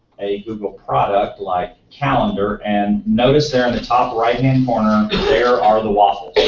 a google product like calendar. and notice there on the top right-hand corner, there are the waffles.